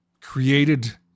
created